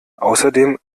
außerdem